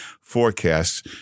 forecasts